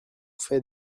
fait